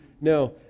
No